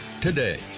today